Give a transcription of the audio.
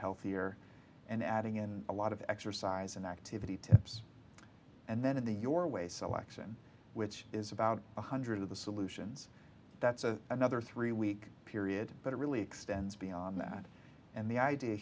healthier and adding in a lot of exercise and activity and then in the your way selection which is about one hundred of the solutions that's a another three week period but it really extends beyond that and the idea